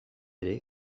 ere